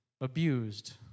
abused